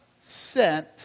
sent